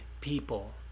people